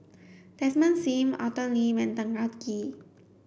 Desmond Sim Arthur Lim and Tan Kah Kee